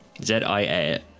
Z-I-A